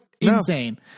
insane